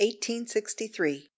1863